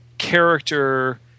character